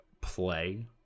play